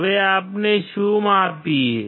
હવે આપણે શું માપીએ